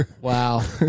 Wow